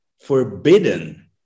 forbidden